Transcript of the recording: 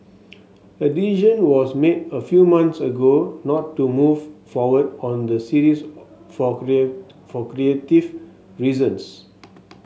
a decision was made a few months ago not to move forward on the series for for creative reasons